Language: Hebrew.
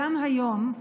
גם היום,